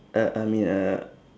uh I mean a